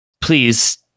Please